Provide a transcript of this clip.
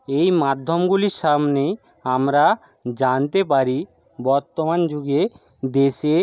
এই মাধ্যমগুলির সামনেই আমরা জানতে পারি বর্তমান যুগে দেশে